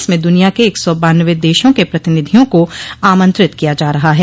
इसमें दुनिया के एक सौ बाननवे देशों के प्रतिनिधियों को आमंत्रित किया जा रहा है